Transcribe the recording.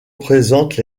présente